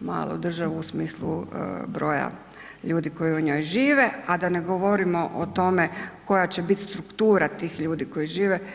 malu državu u smislu broja ljudi koji u njoj žive, a da ne govorimo o tome koja će biti struktura tih ljudi koji žive.